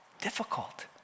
difficult